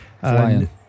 Flying